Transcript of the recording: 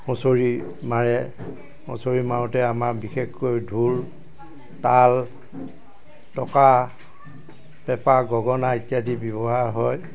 হুঁচৰি মাৰে হুঁচৰি মাৰোঁতে আমাৰ বিশেষকৈ ঢোল তাল টকা পেঁপা গগনা ইত্যাদি ব্যৱহাৰ হয়